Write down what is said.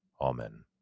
Amen